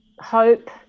hope